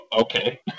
Okay